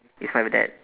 it's my dad